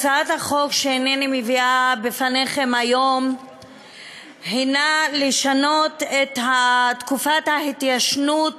הצעת החוק שהנני מביאה בפניכם היום באה לשנות את תקופת ההתיישנות